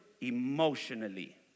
emotionally